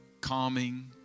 calming